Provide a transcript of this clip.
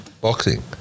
boxing